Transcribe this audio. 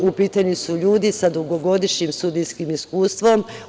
U pitanju su ljudi sa dugogodišnjim sudijskim iskustvom.